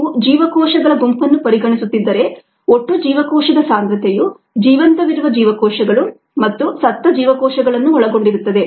ನೀವು ಜೀವಕೋಶಗಳ ಗುಂಪನ್ನು ಪರಿಗಣಿಸುತ್ತಿದ್ದರೆ ಒಟ್ಟು ಜೀವಕೋಶದ ಸಾಂದ್ರತೆಯು ಜೀವಂತವಿರುವ ಜೀವಕೋಶಗಳು ಮತ್ತು ಸತ್ತ ಜೀವಕೋಶಗಳನ್ನು ಒಳಗೊಂಡಿರುತ್ತದೆ